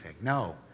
No